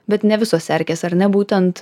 bet ne visos erkės ar ne būtent